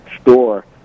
store